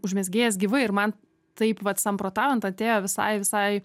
užmezgėjas gyvai ir man taip vat samprotaujant atėjo visai visai